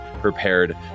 prepared